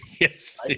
Yes